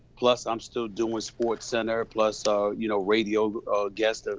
plus i'm still doing sports center plus so you know, radio guest, ah